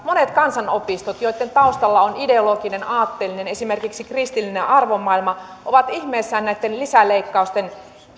monet kansanopistot joitten taustalla on ideologinen aatteellinen esimerkiksi kristillinen arvomaailma ovat ihmeissään näistä lisäleikkauksista